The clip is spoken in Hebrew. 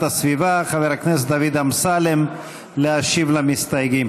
הסביבה חבר הכנסת דוד אמסלם להשיב למסתייגים.